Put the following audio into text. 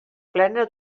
plena